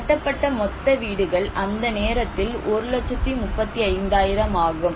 கட்டப்பட்ட மொத்த வீடுகள் அந்த நேரத்தில் 135000 ஆகும்